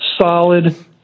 solid